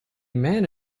man